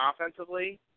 offensively